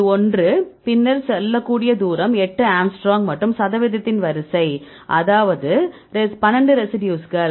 இது ஒன்று பின்னர் சொல்லக்கூடிய தூரம் எட்டு ஆங்ஸ்ட்ரோம் மற்றும் சதவீதத்தின் வரிசை அதாவது 12 ரெசிடியூஸ்கள்